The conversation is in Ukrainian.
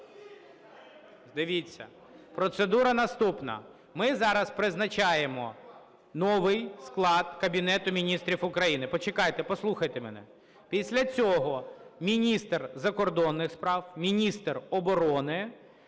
процедура наступна. Ми зараз призначаємо новий склад Кабінету Міністрів України. Почекайте, послухайте мене. Після цього – міністр закордонних справ, міністр оборони.